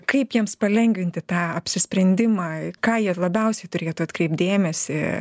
kaip jiems palengvinti tą apsisprendimą ką jie labiausiai turėtų atkreipt dėmesį